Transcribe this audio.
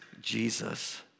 Jesus